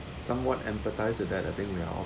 somewhat empathise to that I think we're all